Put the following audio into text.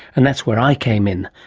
and that's where i came in,